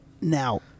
now